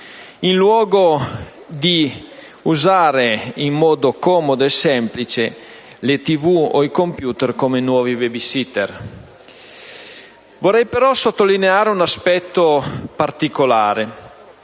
in luogo di usare in modo comodo e semplice le TV o i computer come nuovi *babysitter*. Vorrei però sottolineare un aspetto particolare,